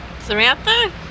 Samantha